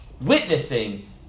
witnessing